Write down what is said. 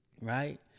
right